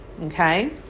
okay